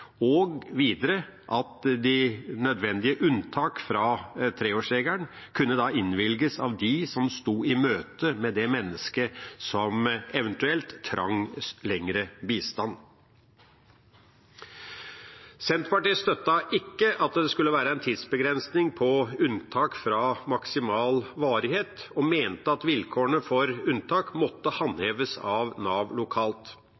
og – videre – at de nødvendige unntak fra treårsregelen kunne innvilges av dem som var i møtet med det mennesket som eventuelt trengte bistand lenger. Senterpartiet støttet ikke at det skulle være en tidsbegrensning for unntak fra maksimal varighet, og mente at vilkårene for unntak måtte håndheves av Nav lokalt. Det innebar at det var Nav lokalt